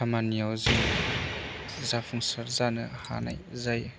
खामानियाव जों जाफुंसार जानो हानाय जायो